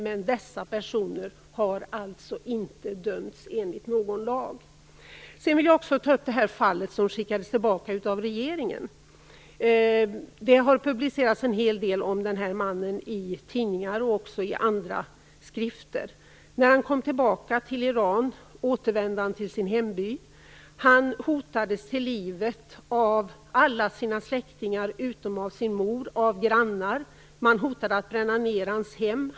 Men dessa personer har alltså inte dömts enligt någon lag. Jag vill också ta upp fallet med en man som skickades tillbaka av regeringen. Det har publicerats en hel del om den här mannen i tidningar och i andra skrifter. När han kom tillbaka till Iran återvände han till sin hemby. Han hotades till livet av alla sina släktingar utom sin mor och av grannar. Man hotade att bränna ned hans hem.